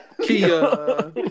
Kia